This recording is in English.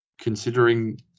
considering